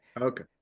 okay